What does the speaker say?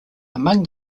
among